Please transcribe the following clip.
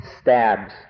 stabs